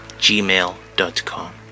gmail.com